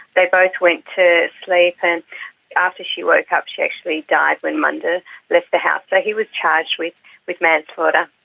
they both went to sleep and after she woke up she actually died when munda left the house. so like he was charged with with manslaughter.